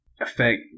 affect